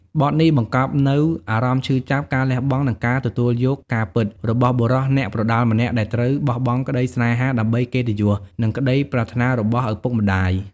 បទនេះបង្កប់នូវអារម្មណ៍ឈឺចាប់ ការលះបង់ និងការទទួលយកការពិតរបស់បុរសអ្នកប្រដាល់ម្នាក់ ដែលត្រូវបោះបង់ក្តីស្នេហាដើម្បីកិត្តិយស និងក្តីប្រាថ្នារបស់ឪពុកម្តាយ។